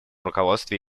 руководстве